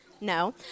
No